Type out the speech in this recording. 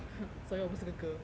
!huh! sorry 我不是个 girl